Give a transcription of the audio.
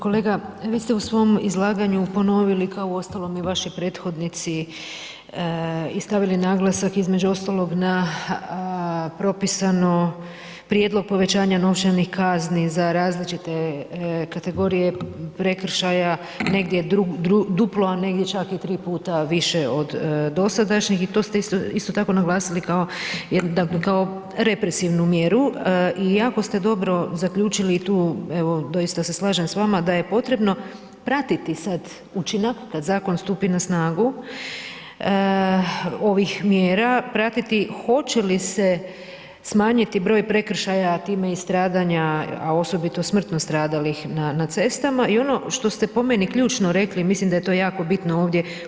Kolega, vi ste u svom izlaganju ponovili kao uostalom i vaši prethodnici, i stavili naglasak između ostalog na propisano Prijedlog povećanja novčanih kazni za različite kategorije prekršaja, negdje duplo, negdje čak i 3 puta više od dosadašnjih i to ste isto tako naglasili kao, dakle kao represivnu mjeru i jako ste dobro zaključili tu, evo doista se slažem s vama da je potrebno pratiti sad učinak kad zakon stupi na snagu ovih mjera, pratiti hoće li se smanjiti broj prekršaja, a time i stradanja, a osobito smrtno stradalih na cestama i ono što ste po meni ključno rekli, mislim da je to jako bitno ovdje.